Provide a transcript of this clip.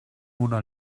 mona